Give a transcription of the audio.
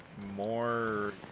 more